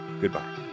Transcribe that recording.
goodbye